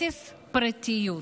אפס פרטיות,